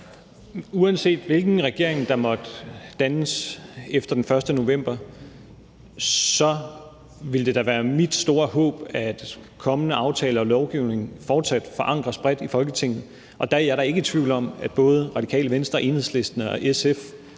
Uanset hvilken regering der måtte dannes efter den 1. november, vil det da være mit store håb, at kommende aftaler og lovgivning fortsat forankres bredt i Folketinget. Og der er jeg da ikke i tvivl om, at både Radikale Venstre, Enhedslisten og SF